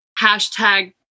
hashtag